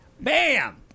Bam